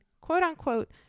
quote-unquote